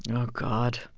and oh, god